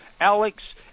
Alex